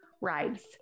rides